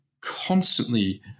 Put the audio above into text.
constantly